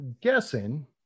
guessing